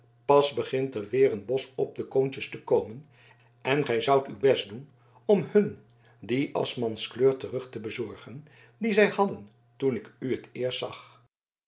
pas begint er weer een blos op de koontjes te komen en gij zoudt uw best doen om hun die aschmanskleur terug te bezorgen die zij hadden toen ik u t eerst zag